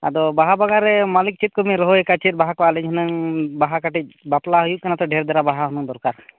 ᱟᱫᱚ ᱵᱟᱦᱟ ᱵᱟᱜᱟᱱ ᱨᱮ ᱢᱟᱹᱞᱤᱠ ᱪᱮᱫ ᱠᱚᱵᱮᱱ ᱨᱚᱦᱚᱭ ᱟᱠᱟᱫᱼᱟ ᱪᱮᱫ ᱵᱟᱦᱟ ᱠᱚ ᱟᱹᱞᱤᱧ ᱦᱩᱱᱟᱹᱝ ᱵᱟᱦᱟ ᱠᱟᱹᱴᱤᱡ ᱵᱟᱯᱞᱟ ᱦᱩᱭᱩᱜ ᱠᱟᱱᱟ ᱛᱚ ᱰᱷᱮᱨ ᱫᱷᱟᱨᱟ ᱵᱟᱦᱟ ᱦᱩᱱᱟᱹᱝ ᱫᱚᱨᱠᱟᱨ